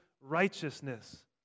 righteousness